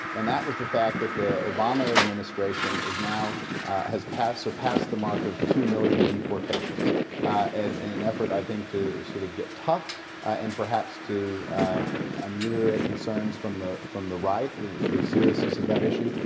and that was the fact that the obama administration is now has passed surpassed the mark of two million deportations, in and and an effort, i think, to sort of get tough and perhaps to ameliorate concerns from the from the right, the sort of seriousness of that issue.